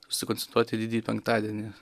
susikoncentruot į didįjį penktadienį